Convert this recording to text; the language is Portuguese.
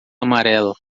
amarela